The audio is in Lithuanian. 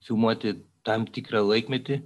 filmuoti tam tikrą laikmetį